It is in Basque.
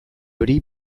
hori